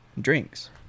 Drinks